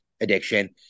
addiction